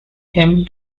him